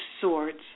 Swords